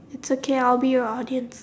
it's okay I will be your audience